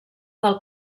del